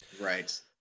Right